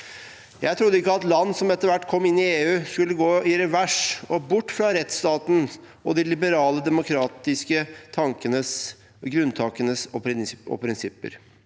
Jeg trodde ikke at land som etter hvert kom inn i EU, skulle gå i revers og bort fra rettsstatens og de liberale demokratienes grunntanker og prinsipper.